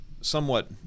somewhat